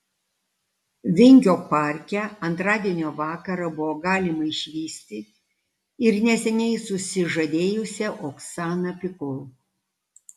vingio parke antradienio vakarą buvo galima išvysti ir neseniai susižadėjusią oksaną pikul